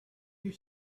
you